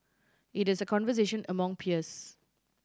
it is a conversation among peers